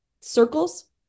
circles